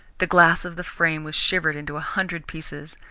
the glass of the frame was shivered into a hundred pieces.